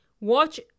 watch